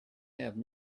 have